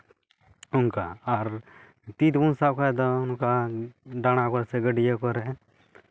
ᱚᱱᱠᱟ ᱟᱨ ᱛᱤ ᱛᱮᱵᱚᱱ ᱥᱟᱵ ᱠᱷᱟᱱ ᱫᱚ ᱰᱟᱬᱟ ᱠᱚ ᱥᱮ ᱜᱟᱹᱰᱭᱟᱹ ᱠᱚᱨᱮᱜ